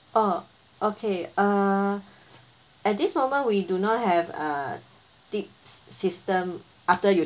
oh okay uh at this moment we do not have uh tip system after you